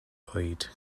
oed